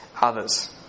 others